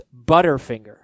butterfinger